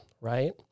right